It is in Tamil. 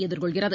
எதிர்கொள்கிறது